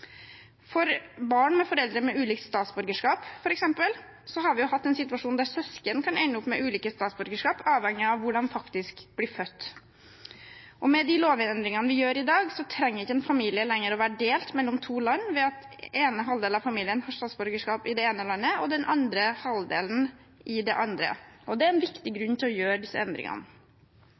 For barn med foreldre med ulikt statsborgerskap, f.eks., har vi hatt en situasjon der søsken kan ende opp med ulike statsborgerskap, avhengig av hvor de faktisk ble født. Med de lovendringene vi gjør i dag, trenger ikke en familie lenger å være delt mellom to land ved at den ene halvdelen av familien har statsborgerskap i det ene landet og den andre halvdelen i det andre. Det er en viktig grunn til å gjøre disse endringene.